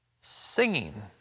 singing